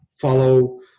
follow